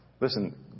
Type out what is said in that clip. Listen